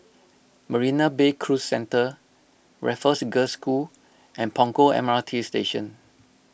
Marina Bay Cruise Centre Raffles Girls' School and Punggol M R T Station